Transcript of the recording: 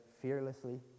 fearlessly